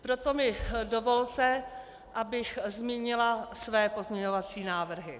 Proto mi dovolte, abych zmínila své pozměňovací návrhy.